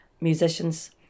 musicians